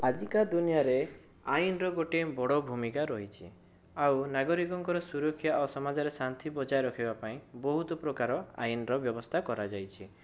ଆଜିକା ଦୁନିଆଁରେ ଆଇନର ଗୋଟିଏ ବଡ଼ ଭୁମିକା ରହିଛି ଆଉ ନାଗରିକଙ୍କର ସୁରକ୍ଷା ସମାଜରେ ଶାନ୍ତି ବଜାଇ ରଖିବା ପାଇଁ ବହୁତ ପ୍ରକାର ଆଇନର ବ୍ୟବସ୍ଥା କରାଯାଇଛି